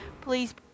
please